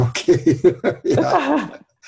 Okay